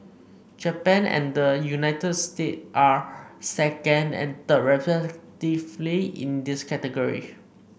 Japan and the United States are second and third in this category